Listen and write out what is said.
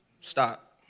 stop